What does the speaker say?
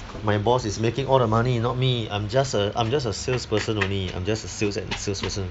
my boss is making all the money not me I'm just s~ I'm just a sales person only I'm just a sales person